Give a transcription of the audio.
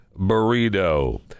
burrito